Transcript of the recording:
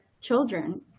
children